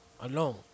alone